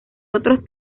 otros